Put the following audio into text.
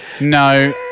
No